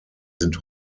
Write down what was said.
sind